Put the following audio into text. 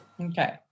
Okay